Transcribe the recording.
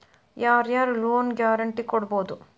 ಯಾರ್ ಯಾರ್ loan guarantee ಕೊಡ್ಬೊದು?